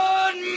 Good